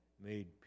made